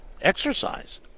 exercise